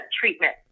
treatment